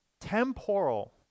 temporal